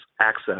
access